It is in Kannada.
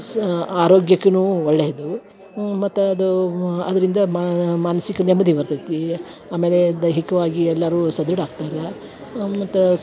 ಸಾ ಆರೋಗ್ಯಕ್ಕುನ್ನೂ ಒಳ್ಳೇಯದು ಮತ್ತು ಅದು ಅದರಿಂದ ಮಾನಸಿಕ ನೆಮ್ಮದಿ ಬರ್ತೈತಿ ಆಮೇಲೆ ದೈಹಿಕವಾಗಿ ಎಲ್ಲರು ಸದೃಢ ಆಗ್ತಾರ ಮತ್ತು ಕಾ